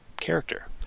character